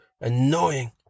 annoying